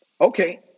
Okay